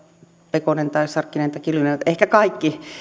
pekonen tai sarkkinen tai kiljunen ehkä kaikki